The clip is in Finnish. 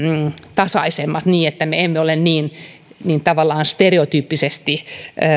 tasaisemmat niin että me emme ole tavallaan niin stereotyyppisesti